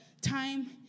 time